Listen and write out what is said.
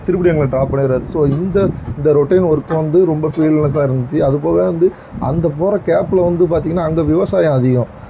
திருப்படியும் எங்களை டிராப் பண்ணிடுவார் ஸோ இந்த ரொட்டின் ஒர்க் வந்து ரொம்ப ஃபீல்னஸ்ஸாக இருந்துச்சு அதுப்போக நான் வந்து அந்தப்போர கேப்பில் வந்து பார்த்திங்கன்னா அந்த விவசாயம் அதிகம்